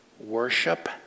worship